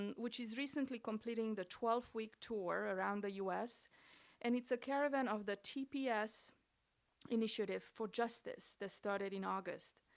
um which is recently completing the twelve week tour around the us and it's a caravan of the tps initiative for justice that started in august.